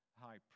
high